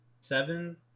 Seven